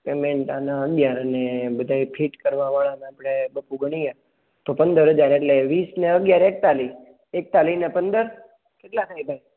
payment આના અગયાર અને બધાએ ફિટ કરાવા વાળાના આપડે બાપુ ગણીએ તો પંદર હજાર એટલે વીસ ને અગયાર એકતાલી એકતાલી ને પંદર કેટલા થાય ભાઈ